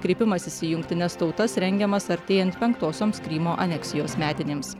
kreipimasis į jungtines tautas rengiamas artėjant penktosioms krymo aneksijos metinėms